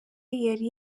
yari